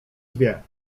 dwie